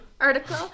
article